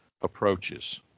approaches